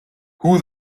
who